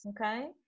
Okay